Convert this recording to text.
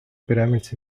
pyramids